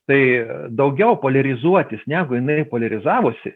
tai daugiau poliarizuotis negu jinai poliarizavosi